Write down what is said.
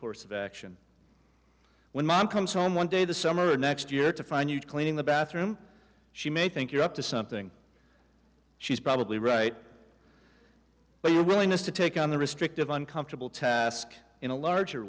course of action when mom comes home one day the summer of next year to find you cleaning the bathroom she may think you're up to something she's probably right but your willingness to take on the restrictive uncomfortable to ask in a larger